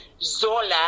Zola